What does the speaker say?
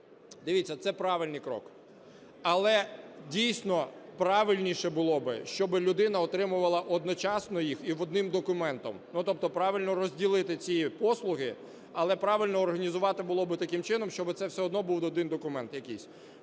Дивіться, це правильний крок. Але, дійсно, правильніше було б, щоб людина отримувала одночасно їх і одним документом, ну, тобто правильно розділити ці послуги, але правильно організувати було б таким чином, щоб це все одно був один документ якийсь.